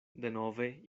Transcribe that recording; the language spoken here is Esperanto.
denove